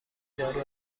دارو